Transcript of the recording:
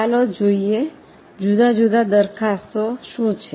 ચાલો જોઈએ જુદા જુદા દરખાસ્તો શું છે